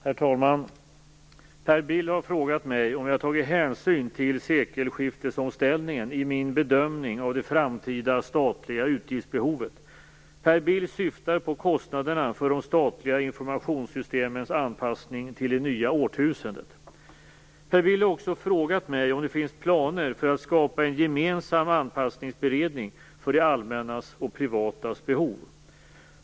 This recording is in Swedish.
Herr talman! Per Bill har frågat mig om jag tagit hänsyn till sekelskiftesomställningen i min bedömning av det framtida statliga utgiftsbehovet. Per Bill syftar på kostnaderna för de statliga informationssystemens anpassning till det nya årtusendet. Per Bill har också frågat mig om det finns planer på att skapa en gemensam anpassningsberedning för det allmännas och privatas behov.